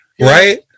Right